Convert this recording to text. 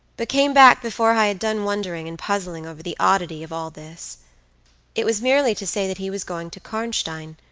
but came back before i had done wondering and puzzling over the oddity of all this it was merely to say that he was going to karnstein,